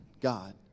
God